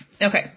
Okay